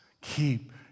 Keep